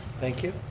thank you.